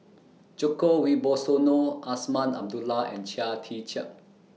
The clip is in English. Djoko Wibisono Azman Abdullah and Chia Tee Chiak